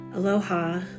Aloha